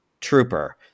trooper